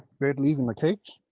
bird leaving the cage?